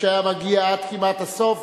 וכשהיה מגיע עד כמעט הסוף,